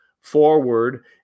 forward